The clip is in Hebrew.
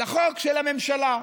לחוק של הממשלה.